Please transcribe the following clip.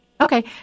Okay